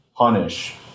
punish